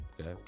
Okay